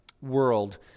world